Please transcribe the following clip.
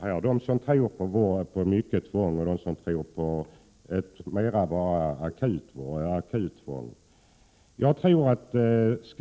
De finns de som tror på att man skall använda mycket tvång, och det finns de som tror på att man endast skall ha ett akuttvång.